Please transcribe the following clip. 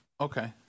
Okay